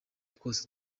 twose